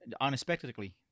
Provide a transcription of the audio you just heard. unexpectedly